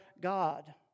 God